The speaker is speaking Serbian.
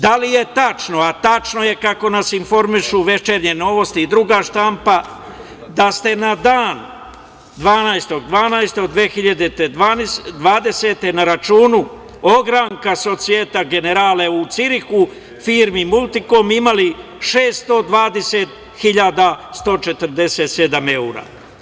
Da li je tačno, a tačno je, kako nas informišu „Večernje novosti“ i druga štampa, da ste na dan 12. decembra 2020. godine na računu ogranka „Sosijete generale“ u Cirihu, firmi „Multikom“, imali 620.147 evra?